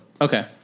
Okay